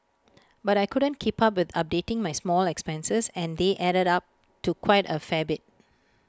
but I couldn't keep up with updating my small expenses and they added up to quite A fair bit